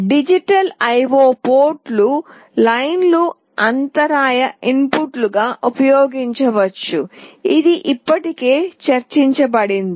digital I O port లైన్లను అంతరాయ ఇన్పుట్లుగా ఉపయోగించవచ్చు ఇది ఇప్పటికే చర్చించబడింది